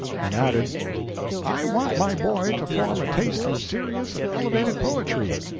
and added i want my boy to form a taste for serious and elevated poetry,